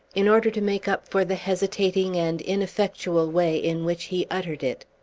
in order to make up for the hesitating and ineffectual way in which he uttered it.